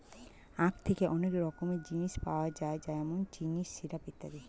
আখ থেকে অনেক রকমের জিনিস পাওয়া যায় যেমন চিনি, সিরাপ ইত্যাদি